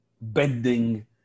bending